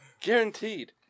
Guaranteed